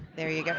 there you go.